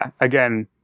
again